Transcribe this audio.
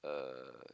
uh